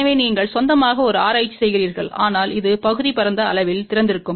எனவே நீங்கள் சொந்தமாக ஒரு ஆராய்ச்சி செய்கிறீர்கள் ஆனால் இது பகுதி பரந்த அளவில் திறந்திருக்கும்